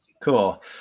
Cool